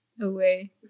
away